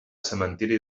cementiri